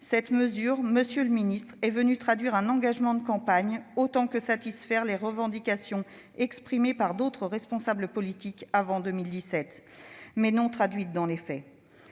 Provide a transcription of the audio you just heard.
cette mesure est venue autant traduire un engagement de campagne que satisfaire les revendications exprimées par d'autres responsables politiques avant 2017, mais non traduites dans les faits.